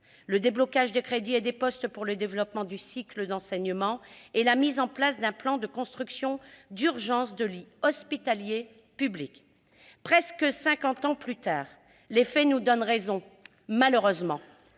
le déblocage des crédits et des postes pour le développement du cycle d'enseignement et la mise en place d'un plan de construction d'urgence de lits hospitaliers publics. » Presque cinquante ans plus tard, les faits nous donnent malheureusement